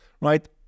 Right